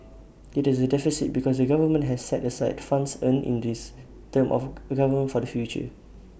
IT is A deficit because the government has set aside funds earned in this term of government for the future